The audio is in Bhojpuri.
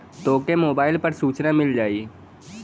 तोके मोबाइल पर सूचना मिल जाई